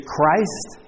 Christ